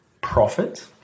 profit